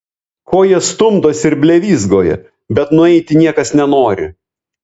ko jie stumdosi ir blevyzgoja bet nueiti niekas nenori